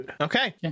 Okay